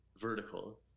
vertical